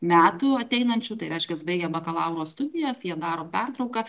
metų ateinančių tai reiškias baigę bakalauro studijas jie daro pertrauką